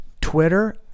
Twitter